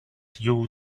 you